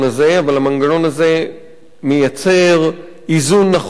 אבל המנגנון הזה מייצר איזון נכון יותר